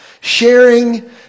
sharing